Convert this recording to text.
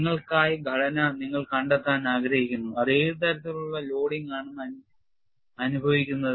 നിങ്ങൾക്കായി ഘടന നിങ്ങൾ കണ്ടെത്താൻ ആഗ്രഹിക്കുന്നു അത് ഏത് തരത്തിലുള്ള ലോഡിംഗ് ആണെന്ന് അനുഭവിക്കുന്നതു